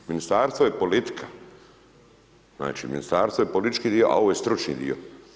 Ministarstvo i politika, znači, Ministarstvo je politički dio, a ovo je stručni dio.